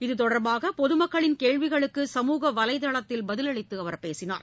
இத்தொடர்பாக பொதுமக்களின் கேள்விகளுக்கு சமூக வலைதளத்தில் பதிலளித்துஅவர் பேசினார்